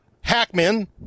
Hackman